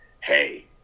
hey